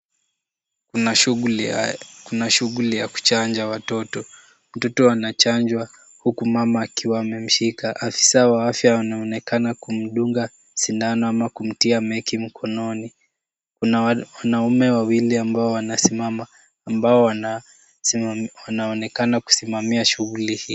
Kuna shughuli ya kuchanja watoto. Mtoto anachanjwa huku mama akiwa amemshika .Afisa wa afya anaonekana kumdunga sindano ama kumtia meki mkononi. Kuna wanaume wawili ambao wanasimama ambao wanaonekana kusimamia shughuli hii.